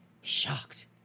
shocked